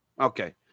Okay